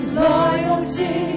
loyalty